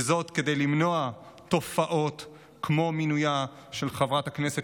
וזאת כדי למנוע תופעות כמו מינויה של חברת הכנסת